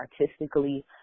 artistically